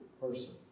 person